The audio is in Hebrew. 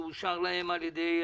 שאושר להם על ידי הנשיאות,